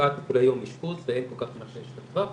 מרפאת טיפולי יום אשפוז ואין כל כך מה שיש בטווח,